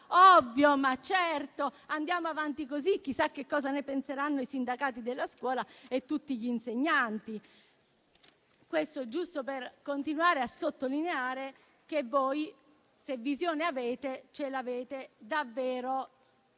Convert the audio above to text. Ovvio, ma certo, andiamo avanti così. Chissà cosa ne penseranno i sindacati della scuola e tutti gli insegnanti? Giusto per continuare a sottolineare che voi se visione avete, ce l'avete davvero